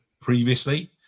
previously